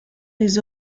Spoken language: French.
les